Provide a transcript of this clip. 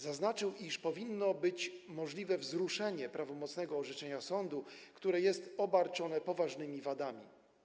Zaznaczył, iż powinno być możliwe wzruszenie prawomocnego orzeczenia sądu, które jest obarczone poważnymi wadami.